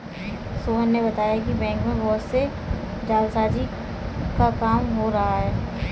सोहन ने बताया कि बैंक में बहुत से जालसाजी का काम हो रहा है